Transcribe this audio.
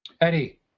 Eddie